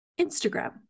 Instagram